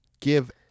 give